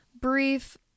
brief